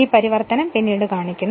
ഈ പരിവർത്തനം പിന്നീട് കാണിക്കുന്നു